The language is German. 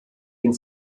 den